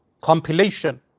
compilation